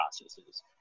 processes